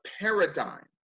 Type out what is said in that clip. paradigm